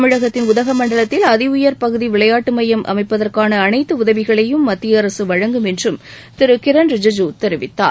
தமிழகத்தின் உதகமண்டலத்தில் அதி உயர் பகுதி விளையாட்டு மையம் அமைப்பதற்கான அனைத்து உதவிகளையும் மத்திய அரசு வழங்கும் என்றும் திரு கிரண் ரிஜுஜு தெரிவித்தார்